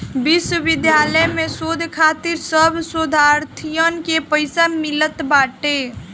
विश्वविद्यालय में शोध खातिर सब शोधार्थीन के पईसा मिलत बाटे